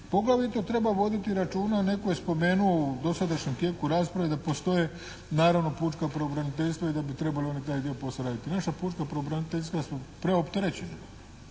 Poglavito treba voditi računa, netko je spomenuo u dosadašnjem tijeku rasprave da postoje naravno pučka pravobraniteljstva i da bi trebalo oni taj dio posla raditi. Naša pučka pravobraniteljstva su preopterećena,